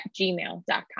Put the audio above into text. gmail.com